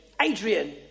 Adrian